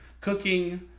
cooking